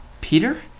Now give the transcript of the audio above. Peter